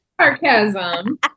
sarcasm